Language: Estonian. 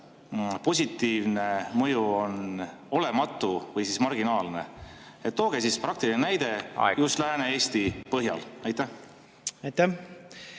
positiivne mõju on olematu või marginaalne. Tooge praktiline näide just Lääne-Eesti põhjal. Aitäh,